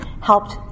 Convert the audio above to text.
helped